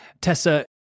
Tessa